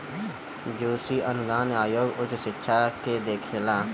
UGC अनुदान आयोग उच्च शिक्षा के देखेला